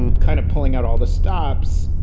and kind of pulling out all the stops,